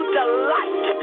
delight